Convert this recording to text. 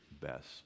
best